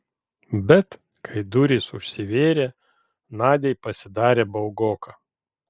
bet kai durys užsivėrė nadiai pasidarė baugoka